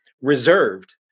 reserved